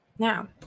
Now